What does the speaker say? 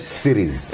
series